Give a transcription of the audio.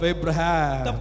Abraham